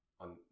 on